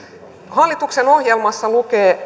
hallituksen ohjelmassa lukee